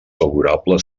favorable